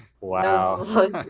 Wow